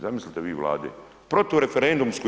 Zamislite vi Vlade, protu referendumsku.